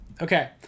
okay